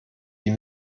die